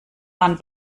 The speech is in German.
man